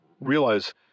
realize